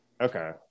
Okay